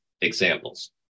examples